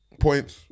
points